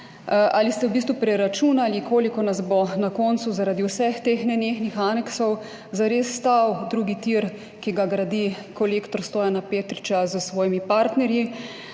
Ali ste preračunali, koliko nas bo na koncu zaradi vseh teh nenehnih aneksov zares stal drugi tir, ki ga gradi Kolektor Stojana Petriča s svojimi partnerji?